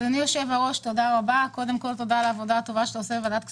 אדוני היושב-ראש ותודה על העבודה הטובה שאתה עושה בוועדת הכספים.